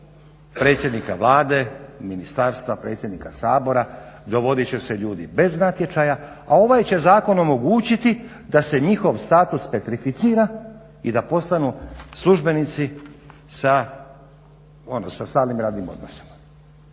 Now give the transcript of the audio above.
predsjednika Vlade, ministarstva, predsjednika Sabora dovodit će se ljudi bez natječaja a ovaj će zakon omogućiti da se njihov status petrificira i da postanu službenici sa ono sa stalnim radnim odnosom.